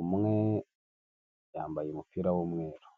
umwe yambaye umupira w'umweru.